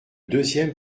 deuxième